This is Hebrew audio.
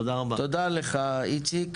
תודה לך איציק.